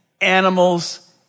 animals